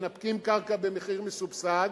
מנפקים קרקע במחיר מסובסד,